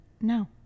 no